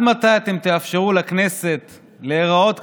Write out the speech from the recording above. עד מתי אתם תאפשרו לכנסת להיראות כך,